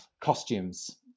costumes